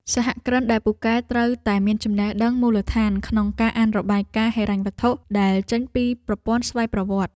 សហគ្រិនដែលពូកែត្រូវតែមានចំណេះដឹងមូលដ្ឋានក្នុងការអានរបាយការណ៍ហិរញ្ញវត្ថុដែលចេញពីប្រព័ន្ធស្វ័យប្រវត្តិ។